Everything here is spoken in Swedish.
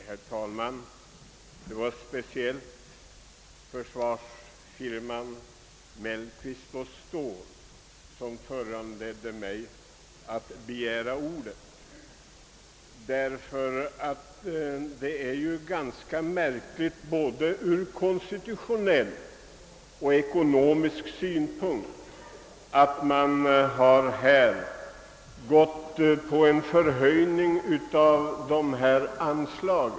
Herr talman! Det är speciellt försvarsfirman Mellqvist och Ståhl som föranlett mig att begära ordet. Det är ganska märkligt från både konstitutionell och ekonomisk synpunkt att man har gått in för en höjning av dessa anslag.